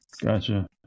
Gotcha